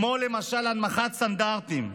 כמו למשל הנמכת סטנדרטים.